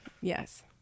Yes